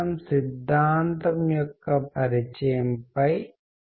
అంతకన్నా ఎక్కువ ముఖ్యమైనవి కోర్స్ మొదలుపెట్టే ముందు మనం కొన్ని విషయాలు తెలుసుకోవాలి